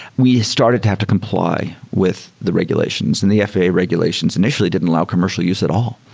we started to have to comply with the regulations, and the faa regulations initially didn't allow commercial use at all.